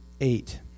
eight